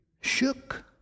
shook